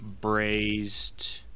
braised